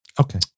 Okay